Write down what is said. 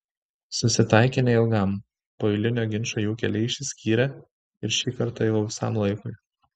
susitaikė neilgam po eilinio ginčo jų keliai išsiskyrė ir šį kartą jau visam laikui